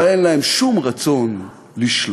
אבל אין להם שום רצון לשלוט.